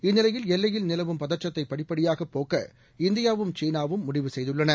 இந்நிலையில் எல்லையில் நிலவும் பதற்றத்தை படிப்படியாக போக்க இந்தியாவும் சீனாவும் முடிவு செய்துள்ளன